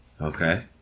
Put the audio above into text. Okay